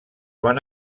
van